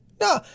No